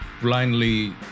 blindly